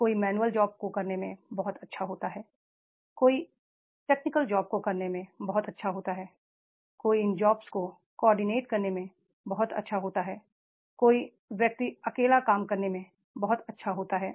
कोई manual jobs को करने में बहुत अच्छा होता है कोई टेक्निकल जॉब्स को करने में बहुत अच्छा होता है कोई इन जॉब्स को कॉर्डिनेट करने में बहुत अच्छा होता है कोई व्यक्ति अकेले काम करने में बहुत अच्छा होता है